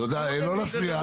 תודה, לא להפריע.